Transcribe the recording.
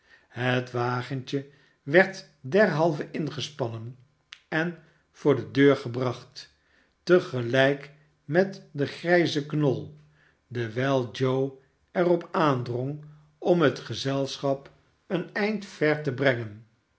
het wagentje werd derhalve ingespannen en voor de deur gebracht te geliik met den grijzen knol dewijl joe er op aandrong om het gezelschap een eind ver te brengen